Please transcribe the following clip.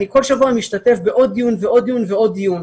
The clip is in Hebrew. אני כל שבוע משתתף בעוד דיון ועוד דיון ועוד דיון,